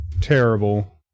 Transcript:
terrible